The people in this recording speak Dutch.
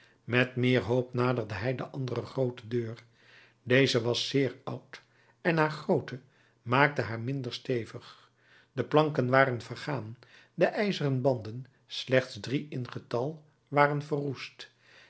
met meer hoop naderde hij de andere groote deur deze was zeer oud en haar grootte maakte haar minder stevig de planken waren vergaan de ijzeren banden slechts drie in getal waren verroest